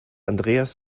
andreas